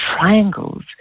triangles